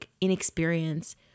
inexperience